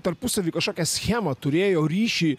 tarpusavyje kažkokią schemą turėjo ryšį